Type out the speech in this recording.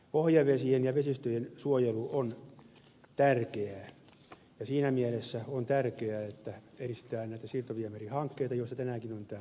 pohjavesien ja vesistöjen suojelu on tärkeää ja siinä mielessä on tärkeää että edistetään näitä siirtoviemärihankkeita joista tänäänkin on täällä paljolti puhuttu